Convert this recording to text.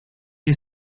you